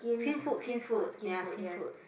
Skin-Food Skin-Food ya Skin-Food